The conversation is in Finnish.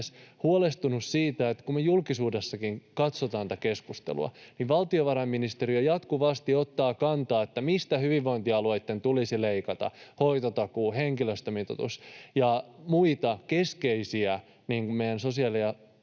huolestunut siitä, että kun me julkisuudessakin katsotaan tätä keskustelua, niin valtiovarainministeriö jatkuvasti ottaa kantaa, mistä hyvinvointialueitten tulisi leikata — hoitotakuu, henkilöstömitoitus ja muita keskeisiä meidän sosiaali- ja